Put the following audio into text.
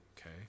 okay